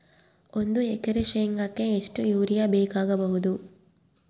ಒಂದು ಎಕರೆ ಶೆಂಗಕ್ಕೆ ಎಷ್ಟು ಯೂರಿಯಾ ಬೇಕಾಗಬಹುದು?